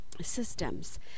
systems